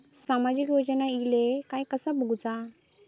सामाजिक योजना इले काय कसा बघुचा?